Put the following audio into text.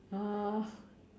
uh